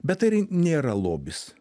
bet tai ir nėra lobis